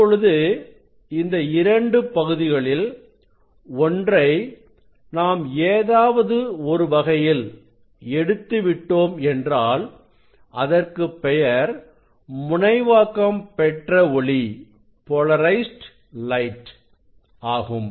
இப்பொழுது இந்த இரண்டு பகுதிகளில் ஒன்றை நாம் ஏதாவது ஒரு வகையில் எடுத்து விட்டோம் என்றால் அதற்கு பெயர் முனைவாக்கம் பெற்ற ஒளி ஆகும்